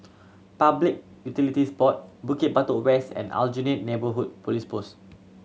Public Utilities Board Bukit Batok West and Aljunied Neighbourhood Police Post